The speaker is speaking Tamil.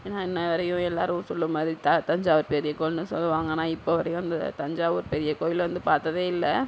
நான் இன்னவரையும் எல்லாரும் சொல்லும் மாதிரி த தஞ்சாவூர் பெரிய கோயில்னு சொல்லுவாங்க ஆனால் இப்பவரையும் அந்த தஞ்சாவூர் பெரிய கோயில் வந்து பார்த்ததே இல்லை